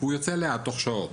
הוא יוצא לאט, בתוך שעות.